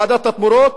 ועדת התמורות,